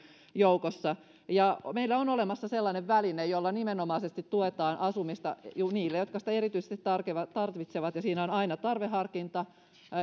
joukossa meillä on olemassa sellainen väline jolla nimenomaisesti tuetaan asumista niille jotka sitä erityisesti tarvitsevat ja siinä on aina tarveharkinta